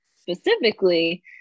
specifically